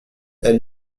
elle